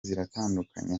ziratandukanye